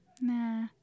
nah